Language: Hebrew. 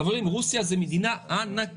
חברים, רוסיה זו מדינה ענקית.